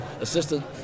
assistant